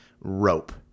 rope